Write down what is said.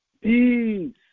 peace